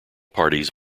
parties